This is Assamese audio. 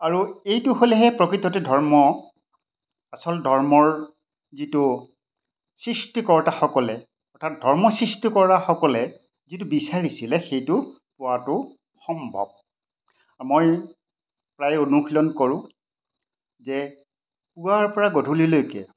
আৰু এইটো হ'লেহে প্ৰকৃততে ধৰ্ম আচল ধৰ্মৰ যিটো সৃষ্টি কৰ্তাসকলে অৰ্থাৎ ধৰ্ম সৃষ্টি কৰ্তাসকলে যিটো বিচাৰিছিলে সেইটো পোৱাটো সম্ভৱ মই প্ৰায় অনুশীলন কৰোঁ যে পুৱাৰ পৰা গধূলিলৈকে